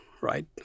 right